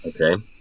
Okay